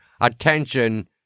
attention